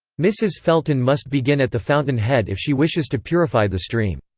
mrs. felton must begin at the fountain head if she wishes to purify the stream.